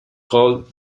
called